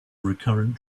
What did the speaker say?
recurrent